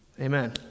Amen